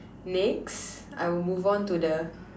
next I will move on to the